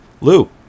Lou